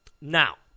Now